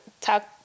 talk